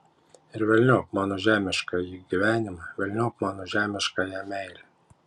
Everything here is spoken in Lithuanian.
ir velniop mano žemiškąjį gyvenimą velniop mano žemiškąją meilę